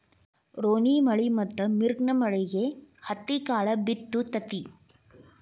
ರೋಣಿಮಳಿ ಮತ್ತ ಮಿರ್ಗನಮಳಿಗೆ ಹತ್ತಿಕಾಳ ಬಿತ್ತು ತತಿ